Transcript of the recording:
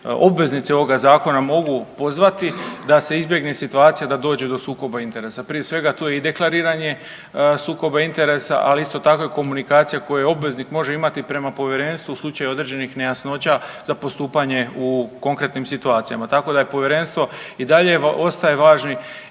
obveznici ovoga Zakona mogu pozvati da se izbjegne situacija da se izbjegne situacija da dođe do sukoba interesa. Prije svega, to je i deklariranje sukoba interesa, ali isto tako i komunikacija koju obveznik može imati prema Povjerenstvu u slučaju određenih nejasnoća za postupanje u konkretnim situacijama, tako da je Povjerenstvo i dalje ostaje važno